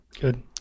good